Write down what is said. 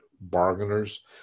bargainers